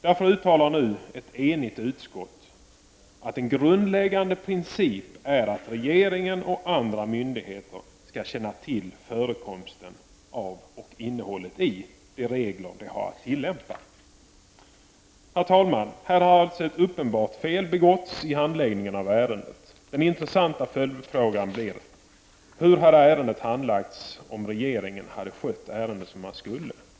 Därför uttalar nu ett enigt utskott att en grundläggande princip är att regering och andra myndigheter skall känna till förekomsten av och innehållet i de regler de har att tillämpa. Herr talman! Här har alltså ett uppenbart fel begåtts i handläggningen av ärendet. Den intressanta följdfrågan blir: Hur hade ärendet handlagts om regeringen hade skött det som man skulle?